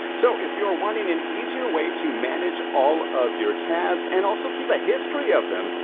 so if you're wanting an easier way to manage all of your tabs, and also keep a history of them,